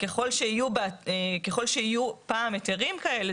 ככל שיהיו פעם היתרים כאלה,